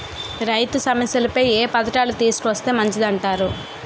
రైతు సమస్యలపై ఏ పథకాలను తీసుకొస్తే మంచిదంటారు?